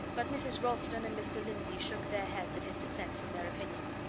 but mrs. ralston and mr. lindsey shook their heads at his dissent from their opinion.